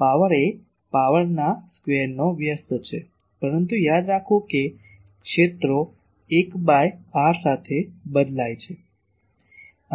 power એ પાવરના સ્ક્વેરનો વ્યસ્ત છે પરંતુ યાદ રાખો કે ક્ષેત્રો 1 બાય r સાથે બદલાય છે